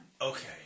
Okay